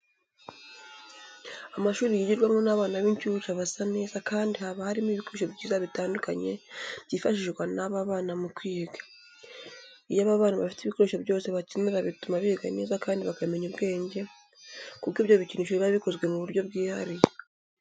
Amashuri yigirwamo n'abana b'incuke aba asa neza kandi haba harimo ibikoresho byiza bitandukanye byifashishwa n'aba bana mu kwiga. Iyo aba bana bafite ibikoresho byose bakenera bituma biga neza kandi bakamenya ubwenge kuko ibyo bikinisho biba bikozwe mu buryo bwihariye.